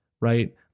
right